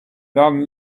than